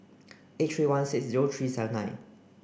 eight three one six zero three seven nine